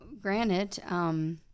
granted